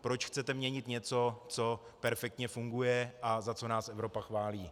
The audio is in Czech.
Proč chcete měnit něco, co perfektně funguje a za co nás Evropa chválí?